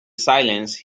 silence